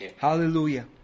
Hallelujah